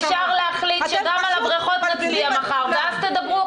אפשר להחליט שגם על הבריכות נצביע מחר ואז תדברו,